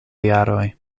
jaroj